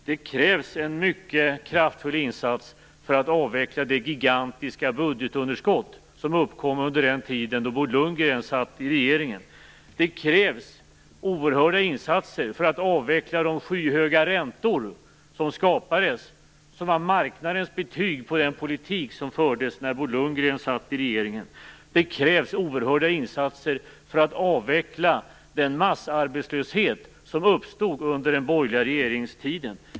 Det krävs en mycket kraftfull insats för att avveckla det gigantiska budgetunderskott som uppkom under den tid då Bo Lundgren satt i regeringen. Det krävs oerhörda insatser för att avveckla de skyhöga räntor som skapades och som var marknadens betyg på den politik som fördes när Bo Lundgren satt i regeringen. Det krävs oerhörda insatser för att avveckla den massarbetslöshet som uppstod under den borgerliga regeringstiden.